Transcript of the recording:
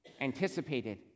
anticipated